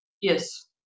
Yes